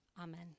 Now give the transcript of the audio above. Amen